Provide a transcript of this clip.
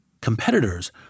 Competitors